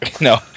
No